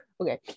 Okay